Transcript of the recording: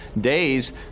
days